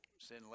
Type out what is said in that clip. sin